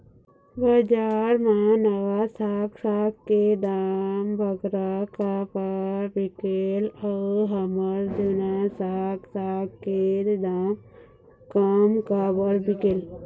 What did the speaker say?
बजार मा नावा साग साग के दाम बगरा काबर बिकेल अऊ हमर जूना साग साग के दाम कम काबर बिकेल?